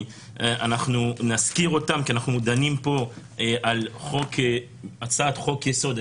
אנחנו נזכיר אותם כי אנחנו דנים פה על הצעת חוק יסוד: